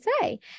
say